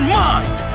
mind